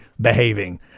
behaving